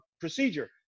procedure